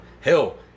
hell